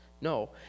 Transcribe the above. no